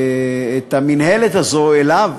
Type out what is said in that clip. את המינהלת הזו אליו.